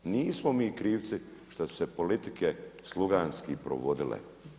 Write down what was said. Nismo mi krivci što su se politike sluganski provodile.